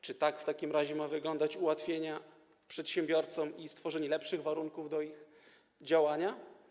Czy tak w takim razie mają wyglądać ułatwienie dla przedsiębiorców i stworzenie im lepszych warunków do działania?